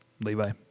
Levi